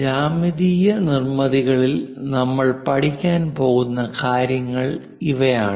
ജ്യാമിതീയ നിർമ്മിതികളിൽ നമ്മൾ പഠിക്കാൻ പോകുന്ന കാര്യങ്ങൾ ഇവയാണ്